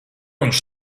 viņš